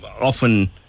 often